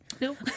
Nope